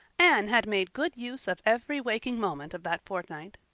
anne had made good use of every waking moment of that fortnight.